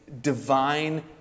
divine